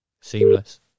Seamless